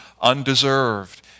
undeserved